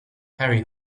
harry